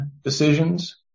decisions